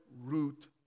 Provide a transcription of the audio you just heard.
root